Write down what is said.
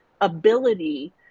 ability